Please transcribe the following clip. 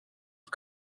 for